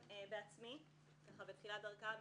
שלוש,